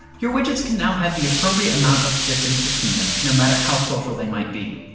your widgets can now have the appropriate amount of distance between them, no matter how social they might be.